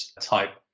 type